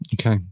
Okay